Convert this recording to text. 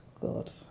God